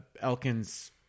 Elkins